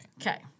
Okay